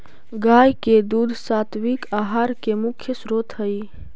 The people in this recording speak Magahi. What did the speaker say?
गाय के दूध सात्विक आहार के मुख्य स्रोत हई